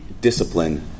discipline